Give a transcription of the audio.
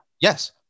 Yes